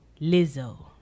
Lizzo